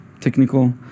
technical